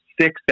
six